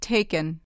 Taken